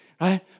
right